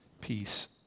peace